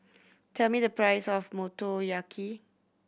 tell me the price of Motoyaki